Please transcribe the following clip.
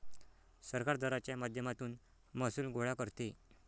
सरकार दराच्या माध्यमातून महसूल गोळा करते